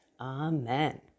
Amen